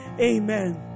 amen